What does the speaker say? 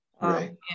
Right